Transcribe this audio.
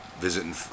visiting